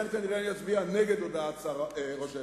נגד הודעת ראש הממשלה.